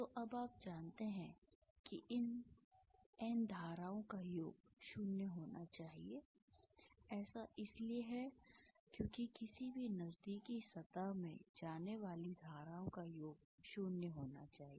तो अब आप जानते हैं कि इन N धाराओं का योग 0 होना चाहिए ऐसा इसलिए है क्योंकि किसी भी नजदीकी सतह में जाने वाली धाराओं का योग 0 होना चाहिए